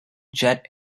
jet